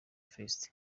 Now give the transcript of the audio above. fest